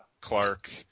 Clark